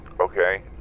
Okay